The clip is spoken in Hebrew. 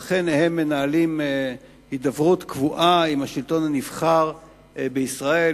והם אכן מנהלים הידברות קבועה עם השלטון הנבחר בישראל,